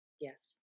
Yes